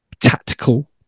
tactical